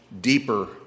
deeper